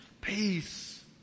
peace